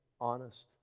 honest